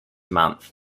month